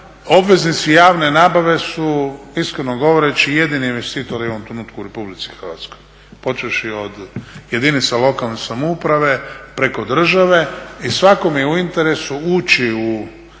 Obveznici javne nabave su iskreno govoreći jedini investitori u ovom trenutku u Republici Hrvatskoj počevši od jedinica lokalne samouprave, preko države. I svakom je u interesu ući u